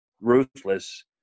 ruthless